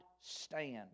stand